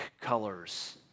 colors